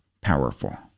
powerful